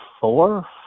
four